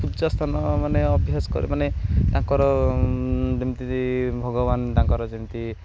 ଉଚ୍ଚ ସ୍ଥାନ ମାନେ ଅଭ୍ୟାସ କରି ମାନେ ତାଙ୍କର ଯେମିତି ଭଗବାନ ତାଙ୍କର ଯେମିତି